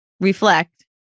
reflect